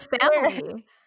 family